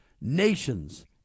nations